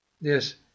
Yes